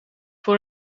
voor